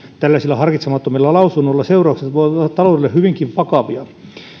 tällaisilla harkitsemattomilla lausunnoilla seuraukset voivat olla taloudelle hyvinkin vakavia